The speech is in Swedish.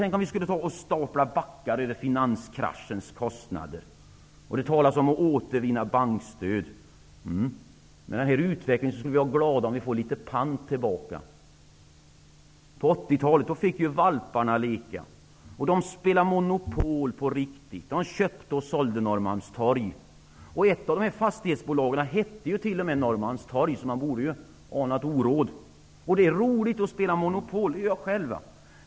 Tänk om vi skulle stapla backar över finanskraschens kostnader! Det talas om att återvinna bankstöd. Men med den här utvecklingen får vi vara glada om vi får tillbaka panten! På 80-talet fick valparna leka. De spelade Monopol på riktigt -- de köpte och sålde Norrmalmstorg. Ett av fastighetsbolagen hette t.o.m. Norrmalmstorg, så man borde ju ha anat oråd. Det är roligt att spela Monopol; det gör jag själv.